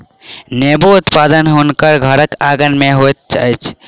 नेबो उत्पादन हुनकर घरक आँगन में होइत अछि